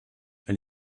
elle